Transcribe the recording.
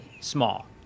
small